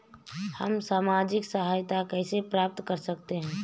हम सामाजिक सहायता कैसे प्राप्त कर सकते हैं?